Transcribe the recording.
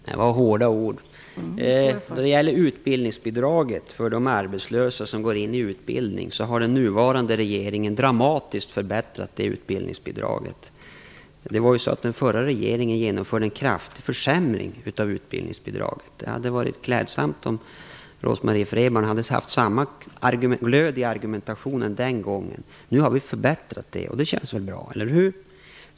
Fru talman! Det var hårda ord. Då det gäller utbildningsbidraget för de arbetslösa som går in i utbildning har den nuvarande regeringen dramatiskt förbättrat detta. Den förra regeringen genomförde en kraftig försämring av utbildningsbidraget. Det hade varit klädsamt om Rose-Marie Frebran haft samma glöd i argumentationen den gången. Vi har nu förbättrat det, och det känns väl bra - eller hur?